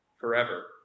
forever